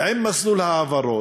עם מסלול ההעברות,